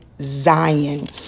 Zion